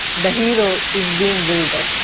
the hero is being built up.